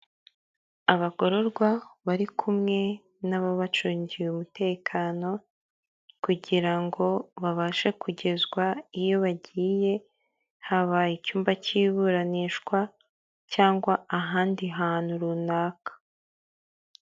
Abagororwa bari kumwe n'ababacungiye umutekano, kugira ngo babashe kugezwa iyo bagiye , haba icyumba cy'iburanishwa, cyangwa ahandi hantu runaka.